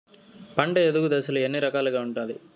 పంట ఎదుగు దశలు ఎన్ని రకాలుగా ఉంటుంది?